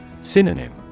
Synonym